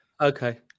Okay